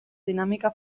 dinàmica